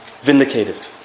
vindicated